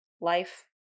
life